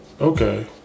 okay